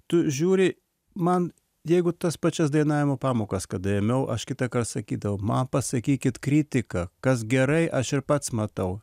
tu žiūri man jeigu tas pačias dainavimo pamokas kada ėmiau aš kitąkart sakydavo man pasakykit kritiką kas gerai aš ir pats matau